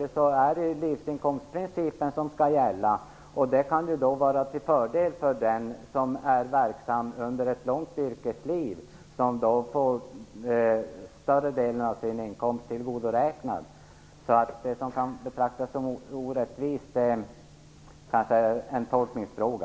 jag säga att det är livsinkomstprincipen som skall gälla. Det kan vara till fördel för den som är verksam under ett långt yrkesliv och som då får större delen av sin inkomst tillgodoräknad. Det som kan betraktas som orättvist är kanske en tolkningsfråga.